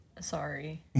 Sorry